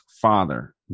father